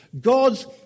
God's